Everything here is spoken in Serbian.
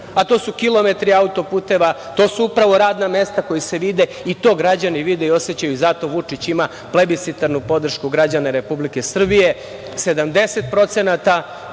a to su kilometri auto-puteva, radna mesta koja se vide. To građani vide i osećaju i zato Vučić ima plebiscitarnu podršku građana Republike Srbije, 70% podrške.